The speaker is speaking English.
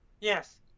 Yes